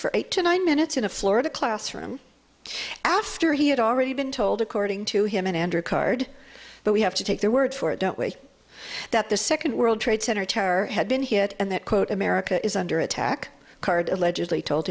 for eight to nine minutes in a florida classroom after he had already been told according to him an andrew card but we have to take their word for it don't wait that the second world trade center tower had been hit and that quote america is under attack card allegedly told